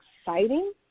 exciting